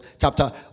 chapter